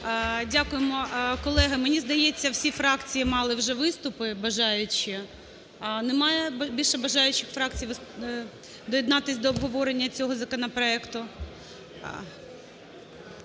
Дякуємо. Колеги, мені здається, всі фракції мали вже виступи бажаючі. Немає більше бажаючих фракцій доєднатися до обговорення цього законопроекту?